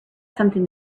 something